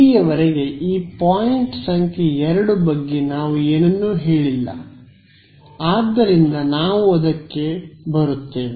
ಇಲ್ಲಿಯವರೆಗೆ ಈ ಪಾಯಿಂಟ್ ಸಂಖ್ಯೆ 2 ಬಗ್ಗೆ ನಾವು ಏನನ್ನೂ ಹೇಳಿಲ್ಲ ಆದ್ದರಿಂದ ನಾವು ಅದಕ್ಕೆ ಬರುತ್ತೇವೆ